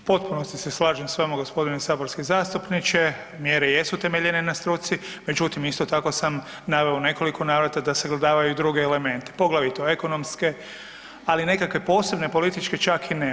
U potpunosti se slažem s vama gospodine saborski zastupniče, mjere jesu temeljene na struci, međutim isto tako sam naveo u nekoliko navrata da sagledavaju i druge elemente, poglavito ekonomske ali nekakve političke čak i ne.